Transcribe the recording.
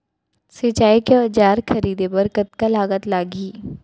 सिंचाई के औजार खरीदे बर कतका लागत लागही?